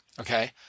Okay